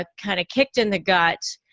ah kind of kicked in the gut,